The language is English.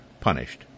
punished